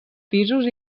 pisos